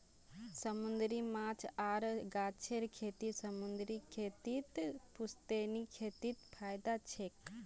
समूंदरी माछ आर गाछेर खेती समूंदरी खेतीर पुश्तैनी खेतीत फयदा छेक